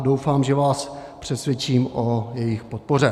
Doufám, že vás přesvědčím o jejich podpoře.